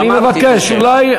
גמרתי את השאלה.